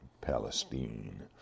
Palestine